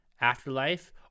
afterlife